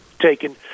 taken